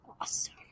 Awesome